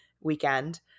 weekend